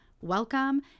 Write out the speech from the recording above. welcome